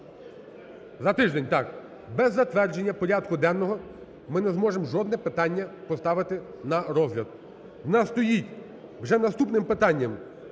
За тиждень, так. Без затвердження порядку денного ми не зможемо жодного питання поставити на розгляд. У нас стоїть вже наступним питанням